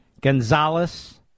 Gonzalez